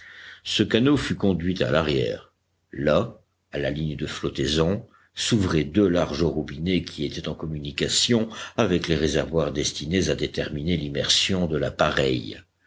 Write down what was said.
ce canot fut conduit à l'arrière là à la ligne de flottaison s'ouvraient deux larges robinets qui étaient en communication avec les réservoirs destinés à déterminer l'immersion de l'appareil